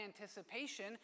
anticipation